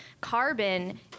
carbon